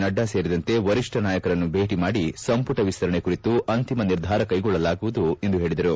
ನಡ್ಡಾ ಸೇರಿದಂತೆ ವರಿಷ್ಠ ನಾಯಕರನ್ನು ಭೇಟಿ ಮಾಡಿ ಸಂಪುಟ ವಿಸ್ತರಣೆ ಕುರಿತು ಅಂತಿಮ ನಿರ್ಧಾರ ಕೈಗೊಳ್ಳಲಾಗುವುದು ಎಂದು ಹೇಳಿದರು